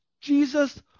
Jesus